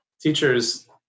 teachers